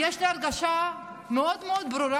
יש לי הרגשה מאוד מאוד ברורה,